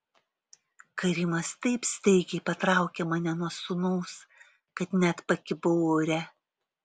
karimas taip staigiai patraukė mane nuo sūnaus kad net pakibau ore